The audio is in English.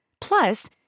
Plus